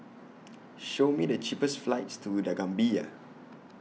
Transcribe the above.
Show Me The cheapest flights to The Gambia